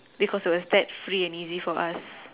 because it was that free and easy for us